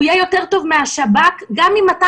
הוא יהיה יותר טוב מהשב"כ גם עם 200